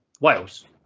Wales